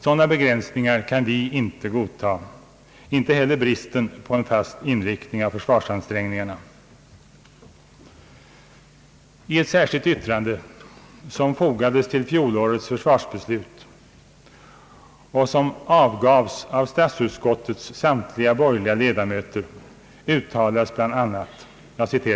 Sådana begränsningar kan vi inte godta, inte heller bristen på fast inriktning av försvarsansträngningarna. I ett särskilt yttrande som fogades till fjolårets försvarsbeslut och som har avgivits av statsutskottets samtliga borgerliga ledamöter uttalas bl.